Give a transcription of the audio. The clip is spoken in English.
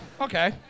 okay